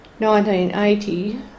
1980